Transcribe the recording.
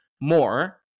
more